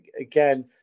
Again